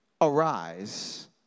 Arise